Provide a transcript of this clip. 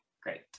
Great